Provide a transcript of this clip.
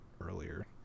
earlier